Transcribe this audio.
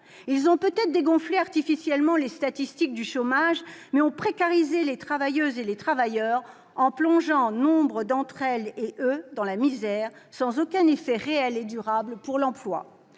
ont peut-être permis de dégonfler artificiellement les statistiques du chômage, mais ils ont précarisé les travailleuses et les travailleurs en plongeant nombre d'entre elles et eux dans la misère, sans produire aucun effet réel et durable sur l'emploi.